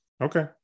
Okay